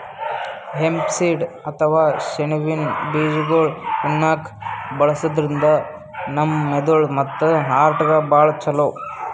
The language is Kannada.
ಹೆಂಪ್ ಸೀಡ್ ಅಥವಾ ಸೆಣಬಿನ್ ಬೀಜಾಗೋಳ್ ಉಣ್ಣಾಕ್ಕ್ ಬಳಸದ್ರಿನ್ದ ನಮ್ ಮೆದಳ್ ಮತ್ತ್ ಹಾರ್ಟ್ಗಾ ಭಾಳ್ ಛಲೋ